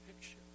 picture